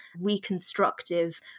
reconstructive